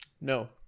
No